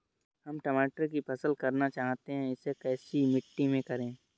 हम टमाटर की फसल करना चाहते हैं इसे कैसी मिट्टी में करें?